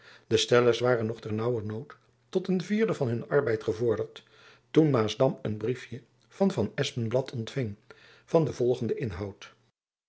de stellers waren nog ter naauwernood tot een vierde van hun arbeid gevorderd toen maasdam een briefjen van van espenblad ontfing van den volgenden inhoud